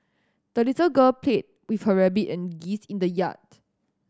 the little girl played with her rabbit and geese in the yard